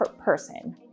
person